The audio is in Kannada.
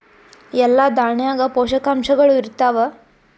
ಎಲ್ಲಾ ದಾಣ್ಯಾಗ ಪೋಷಕಾಂಶಗಳು ಇರತ್ತಾವ?